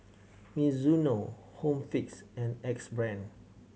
Mizuno Home Fix and Axe Brand